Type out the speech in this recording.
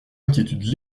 inquiétudes